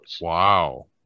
Wow